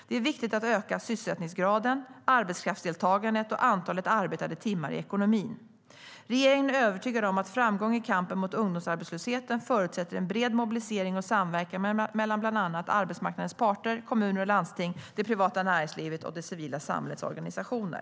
Det är viktigt att öka sysselsättningsgraden, arbetskraftsdeltagandet och antalet arbetade timmar i ekonomin. Regeringen är övertygad om att framgång i kampen mot ungdomsarbetslösheten förutsätter en bred mobilisering och samverkan mellan bland andra arbetsmarknadens parter, kommuner och landsting, det privata näringslivet och det civila samhällets organisationer.